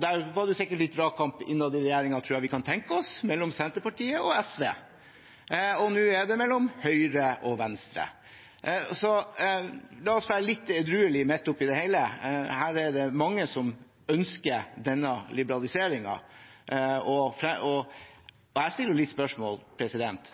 Der var det sikkert litt dragkamp innad i regjeringen, kan vi tenke oss, mellom Senterpartiet og SV. Nå er det mellom Høyre og Venstre. La oss være litt edruelige midt oppe i det hele: Her er det mange som ønsker denne liberaliseringen, og jeg stiller spørsmålet: